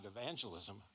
evangelism